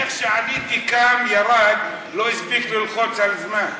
כי איך שעליתי הוא קם וירד ולא הספיק ללחוץ על הזמן.